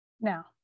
Now